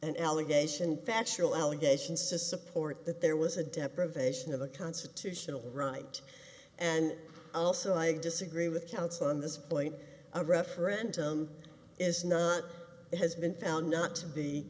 an allegation factual allegations to support that there was a deprivation of a constitutional right and also i disagree with counsel on this point a referendum is not it has been found not to be